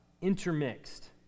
intermixed